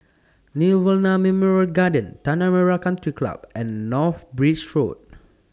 Nirvana Memorial Garden Tanah Merah Country Club and North Bridge Road